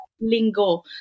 lingo